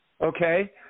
okay